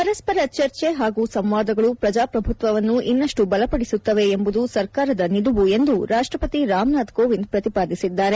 ಪರಸ್ಪರ ಚರ್ಚೆ ಹಾಗೂ ಸಂವಾದಗಳು ಪ್ರಜಾಪ್ರಭುತ್ವವನ್ನು ಇನ್ನಷ್ಟು ಬಲಪಡಿಸುತ್ತವೆ ಎಂಬುದು ಸರ್ಕಾರದ ನಿಲುವು ಎಂದು ರಾಷ್ಲಪತಿ ರಾಮನಾಥ್ ಕೋವಿಂದ್ ಪ್ರತಿಪಾದಿಸಿದ್ದಾರೆ